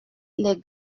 les